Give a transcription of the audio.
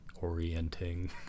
orienting